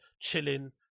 chilling